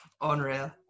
Unreal